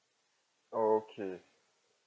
okay